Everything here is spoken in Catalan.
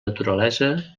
naturalesa